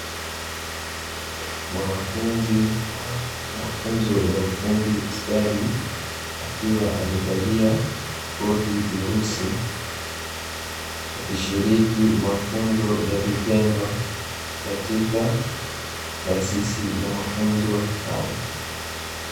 Mwanafunzi wa mafunzo ya ufundi stadi, akiwa amevalia koti jeusi akishiriki mafunzo ya vitendo katika taasisi ya mafunzo hayo.